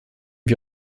wir